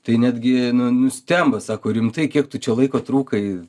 tai netgi nustemba sako rimtai kiek tuščio laiko trukai